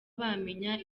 bamenya